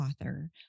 author